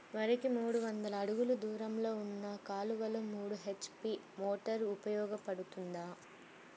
వరికి మూడు వందల అడుగులు దూరంలో ఉన్న కాలువలో మూడు హెచ్.పీ మోటార్ ఉపయోగపడుతుందా?